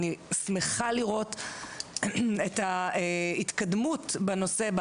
אני שמחה לראות את ההתקדמות בנושא,